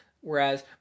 whereas